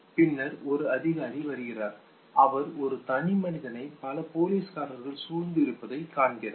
பின்னர் ஒரு அதிகாரி வருகிறார் ஒரு தனி மனிதனை பல போலீஸ்காரர்கள் சூழ்ந்து இருப்பதை காண்கிறார்